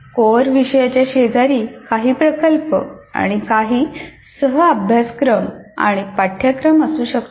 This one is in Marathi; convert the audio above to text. कोर विषयच्या शेजारी काही प्रकल्प आणि काही सह अभ्यासक्रम आणि पाठ्यक्रम असू शकतात